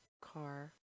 car